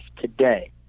today